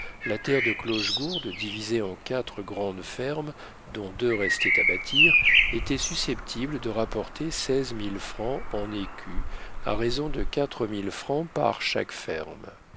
la terre de clochegourde divisée en quatre grandes fermes dont deux restaient à bâtir était susceptible de rapporter seize mille francs en écus à raison de quatre mille francs par chaque